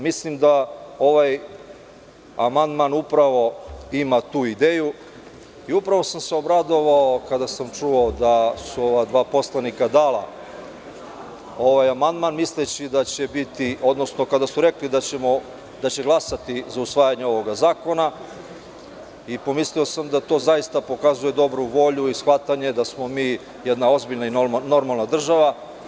Mislim da ovaj amandman upravo ima tu ideju i upravo sam se obradovao kada sam čuo da su ova dva poslanika dala ovaj amandman, odnosno kada su rekli da će glasati za usvajanje ovog zakona i pomislio sam da to zaista pokazuje dobru volju i shvatanje da smo mi jedna ozbiljna i normalna država.